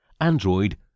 Android